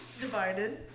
Divided